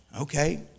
Okay